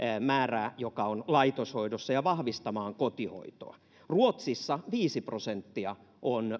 määrää joka on laitoshoidossa ja vahvistamaan kotihoitoa ruotsissa viisi prosenttia on